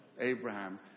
Abraham